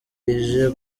ije